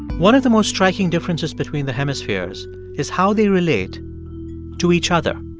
one of the most striking differences between the hemispheres is how they relate to each other.